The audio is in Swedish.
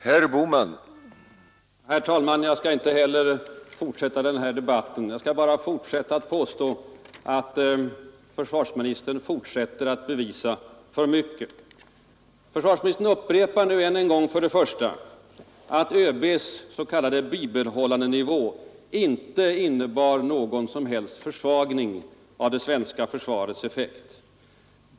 Herr talman! Inte heller jag skall fortsätta den här debatten. Jag skall bara påstå att försvarsministern fortsätter att bevisa för mycket. Försvarsministern upprepar än en gång för det första att ÖB:s s.k. bibehållandenivå inte innebar någon som helst försvagning av det svenska försvarets effekt.